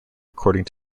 according